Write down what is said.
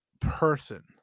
person